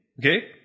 okay